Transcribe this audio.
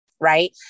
right